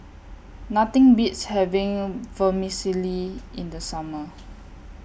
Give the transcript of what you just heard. Nothing Beats having Vermicelli in The Summer